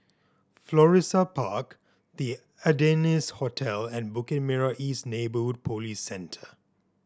Florissa Park The Ardennes Hotel and Bukit Merah East Neighbourhood Police Centre